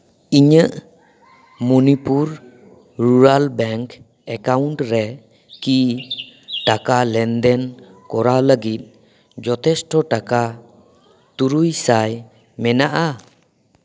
ᱤᱧᱟᱹᱜ Manipur rural bank account ᱨᱮᱠᱤ ᱤᱧ ᱴᱟᱠᱟ ᱞᱮᱱᱫᱮᱱ ᱠᱚᱨᱟᱣ ᱞᱟᱹᱜᱤᱫ ᱡᱚᱛᱷᱮᱥᱴ ᱴᱟᱠᱟ ᱛᱩᱨᱩᱭ ᱥᱟᱭ ᱢᱮᱱᱟᱜᱼᱟ